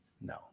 No